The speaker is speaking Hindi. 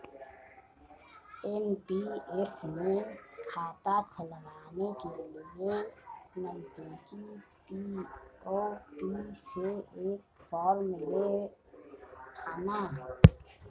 एन.पी.एस में खाता खुलवाने के लिए नजदीकी पी.ओ.पी से एक फॉर्म ले आना